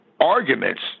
arguments